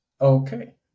Okay